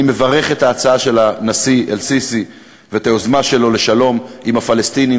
אני מברך על ההצעה של הנשיא א-סיסי ועל היוזמה שלו לשלום עם הפלסטינים